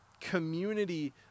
community